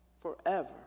forever